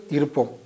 Irpom